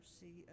see